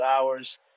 hours